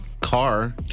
car